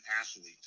athlete